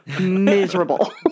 miserable